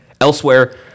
Elsewhere